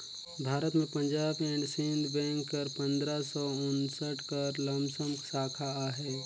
भारत में Punjab and Sind bank कर पंदरा सव उन्सठ कर लमसम साखा अहे